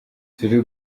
turi